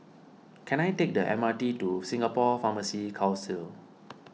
can I take the M R T to Singapore Pharmacy Council